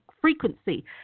frequency